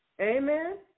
Amen